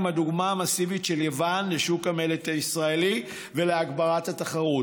עם הכניסה המסיבית של יוון לשוק המלט הישראלי ולהגברת התחרות,